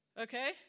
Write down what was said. Okay